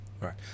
Right